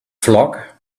flock